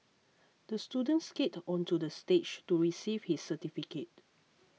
the student skated onto the stage to receive his certificate